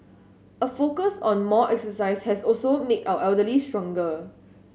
a focus on more exercise has also made our elderly stronger